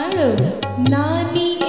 Nani